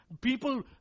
people